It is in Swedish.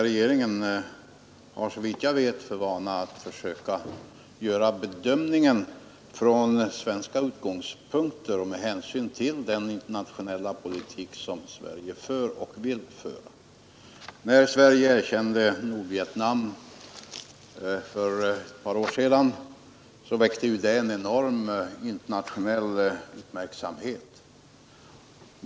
Regeringen har, såvitt jag vet, för vana att försöka göra bedömningen från svenska utgångspunkter och med hänsyn till den internationella politik som Sverige för och vill föra. När Sverige erkände Nordvietnam för ett par år sedan väckte det en enorm internationell uppmärksamhet.